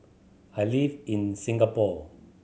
I live in Singapore